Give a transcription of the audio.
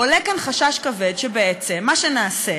עולה כאן חשש כבד שבעצם מה שנעשה,